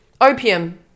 opium